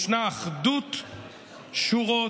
ישנה אחדות שורות,